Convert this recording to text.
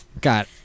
got